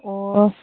ꯑꯣ